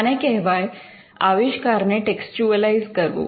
આને કહેવાય આવિષ્કાર ને ટેક્સચ્યુઅલાઇઝ કરવું